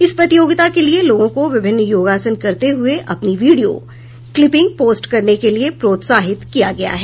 इस प्रतियोगिता के लिये लोगों को विभिन्न योगासन करते हुए अपनी वीडियो क्लिपिंग पोस्ट करने के लिये प्रोत्साहित किया गया है